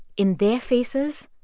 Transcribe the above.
in their faces,